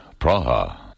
Praha